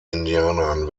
indianern